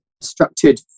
structured